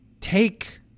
take